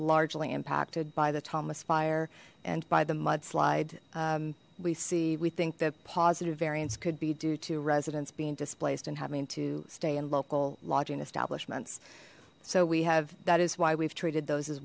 largely impacted by the thomas fire and by the mudslide we see we think that positive variance could be due to residents being displaced and having to stay in local lodging establishments so we have that is why we've treated those